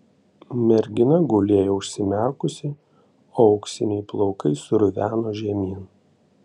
mergina gulėjo užsimerkusi o auksiniai plaukai sruveno žemyn